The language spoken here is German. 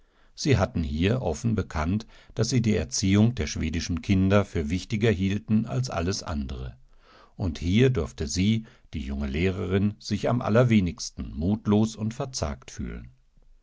dadurchbewiesen daßsiedieschullehrerzuschätzenwußten siehattenhier offen bekannt daß sie die erziehung der schwedischen kinder für wichtiger hielten als alles andere und hier durfte sie die junge lehrerin sich am allerwenigstenmutlosundverzagtfühlen diesegedankentröstetensieeinwenig undsiebeschloß